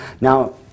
Now